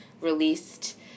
released